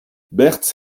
berthe